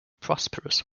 prosperous